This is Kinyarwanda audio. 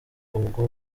ubwo